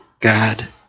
God